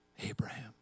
Abraham